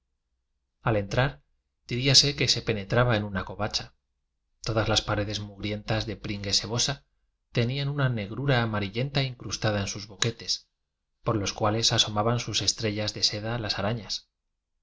al entrar dudase que se penetraba en una covacha todas las paredes mugrien tas de pringue sebosa tenían una negrura jjjsanjjsnla incrustada en sus boquetes por los cuales asomaban sus estrellas de seda las arañas